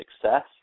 success